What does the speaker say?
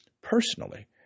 personally